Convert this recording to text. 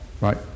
Right